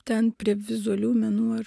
ten prie vizualių menų ir